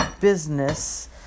business